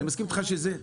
אבל זה חיים.